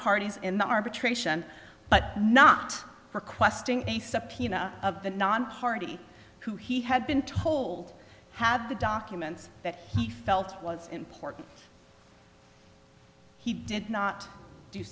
parties in the arbitration but not requesting a subpoena of the nonparty who he had been told had the documents that he felt was important he did not do